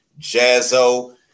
Jazzo